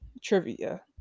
Trivia